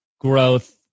growth